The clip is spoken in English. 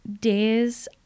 days